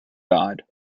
died